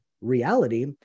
reality